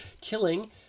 killing